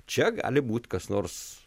čia gali būti kas nors